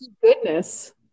goodness